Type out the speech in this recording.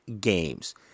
games